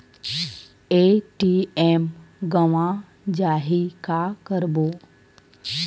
ATM गवां जाहि का करबो?